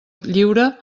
lliure